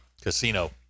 casino